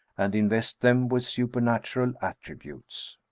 and invest them with super natural attributes.